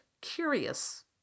curious